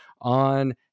on